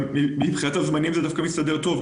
מבחינת הזמנים זה דווקא מסתדר טוב,